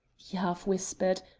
he half-whispered,